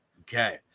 okay